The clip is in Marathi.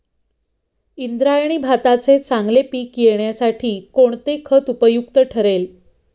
इंद्रायणी भाताचे चांगले पीक येण्यासाठी कोणते खत उपयुक्त ठरेल?